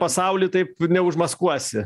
pasauly taip neužmaskuosi